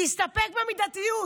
להסתפק במידתיות.